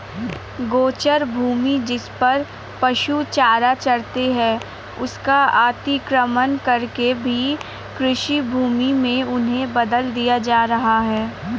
गोचर भूमि, जिसपर पशु चारा चरते हैं, उसका अतिक्रमण करके भी कृषिभूमि में उन्हें बदल दिया जा रहा है